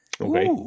Okay